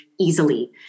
easily